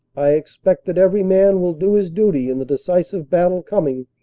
i expect that every man will do his duty in the decisive battle coming,